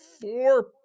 four